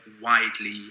widely